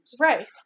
Right